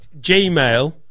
Gmail